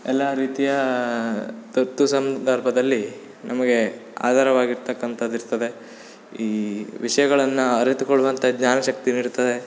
ಎಲ್ಲ ರೀತಿಯ ತುರ್ತು ಸಂದರ್ಭದಲ್ಲಿ ನಮಗೆ ಆಧಾರವಾಗಿರ್ತಕ್ಕಂಥದ್ದು ಇರ್ತದೆ ಈ ವಿಷಯಗಳನ್ನ ಅರಿತುಕೊಳ್ಳುವಂಥ ಜ್ಞಾನ ಶಕ್ತಿನು ಇರ್ತದೆ